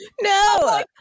No